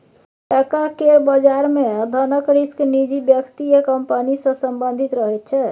टका केर बजार मे धनक रिस्क निजी व्यक्ति या कंपनी सँ संबंधित रहैत छै